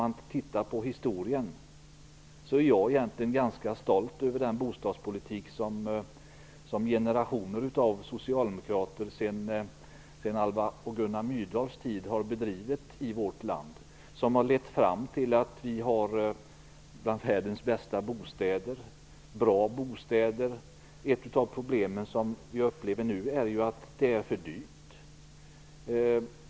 Jag vill då hävda att jag egentligen är ganska stolt över den bostadspolitik som generationer av socialdemokrater sedan Alva och Gunnar Myrdals tid har bedrivit i vårt land och som har lett fram till att bostäderna i vårt land är bland världens bästa. Det är bra bostäder. Ett av problemen nu är att det är för dyrt.